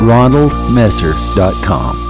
RonaldMesser.com